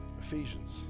Ephesians